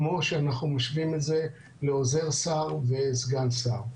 כמו שאנחנו משווים את זה לעוזר שר וסגן שר.